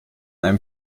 einem